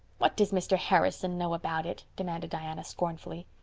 what does mr. harrison know about it? demanded diana scornfully.